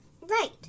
Right